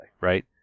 right